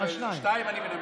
שניים אני מנמק.